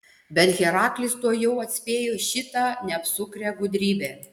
bet heraklis tuojau atspėjo šitą neapsukrią gudrybę